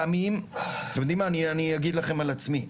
אני אגיד לכם על עצמי.